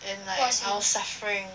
and like I was suffering